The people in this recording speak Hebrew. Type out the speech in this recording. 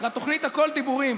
לתוכנית הכול דיבורים,